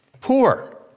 poor